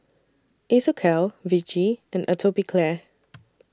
Isocal Vichy and Atopiclair